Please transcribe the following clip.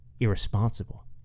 irresponsible